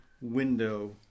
window